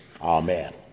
Amen